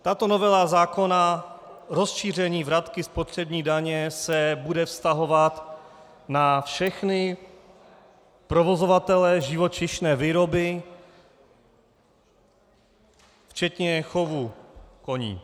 Tato novela zákona rozšíření vratky spotřební daně se bude vztahovat na všechny provozovatele živočišné výroby, včetně chovu koní.